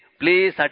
please